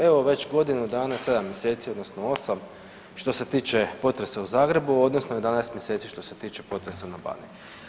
Evo već godinu dana, 7 mjeseci odnosno 8 što se tiče potresa u Zagrebu odnosno 11 mjeseci što se tiče potresa na Baniji.